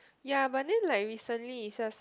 ya but then like recently is just